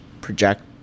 project